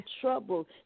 trouble